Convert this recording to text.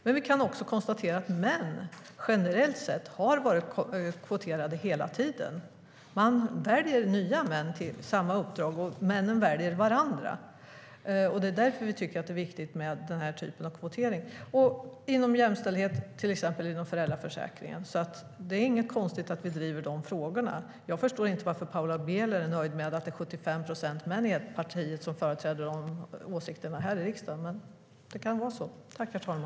Men vi kan också konstatera att män har varit kvoterade hela tiden. Man väljer nya män till samma uppdrag, och männen väljer varandra. Därför tycker vi att den här typen av kvotering är viktig för jämställdheten, till exempel inom föräldraförsäkringen.